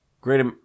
Great